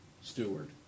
steward